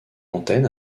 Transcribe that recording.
antenne